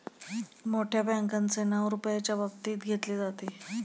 मोठ्या बँकांचे नाव रुपयाच्या बाबतीत घेतले जाते